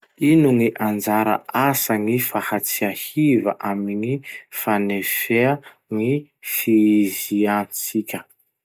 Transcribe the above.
Ino gny anjara asan'ny fahatsiahiva amy gny fanefea gny fiiziantsika?